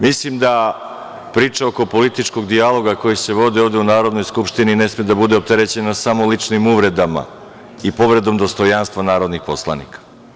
Mislim da priče oko političkog dijaloga koji se vodi ovde u Narodnoj skupštini ne sme da bude opterećena samo ličnim uvredama i povredom dostojanstva narodnih poslanika.